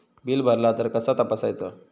Bill भरला तर कसा तपसायचा?